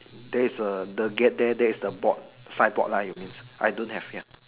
there's a the gate there that is the board signboard lah you mean I don't have ya